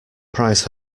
prize